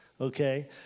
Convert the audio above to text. Okay